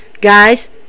guys